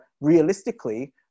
realistically